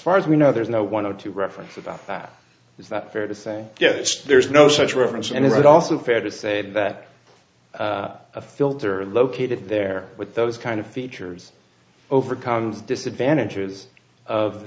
far as we know there is no one or two reference about that is that fair to say yes there is no such reference and it also fair to say that a filter located there with those kind of features overcomes disadvantages of